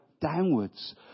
downwards